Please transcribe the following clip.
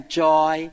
joy